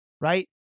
right